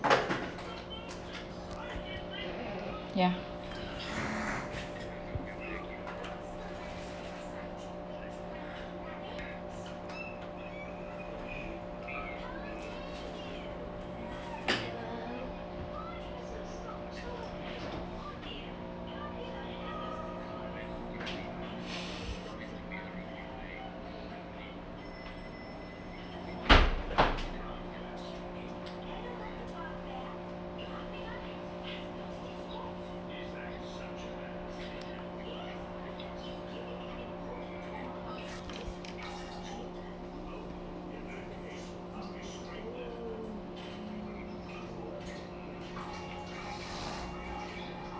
ya